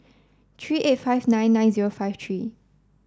three eight five nine nine zero five three